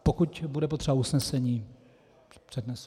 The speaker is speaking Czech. Pokud bude potřeba usnesení, přednesu.